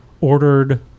ordered